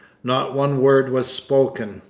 not one word was spoken.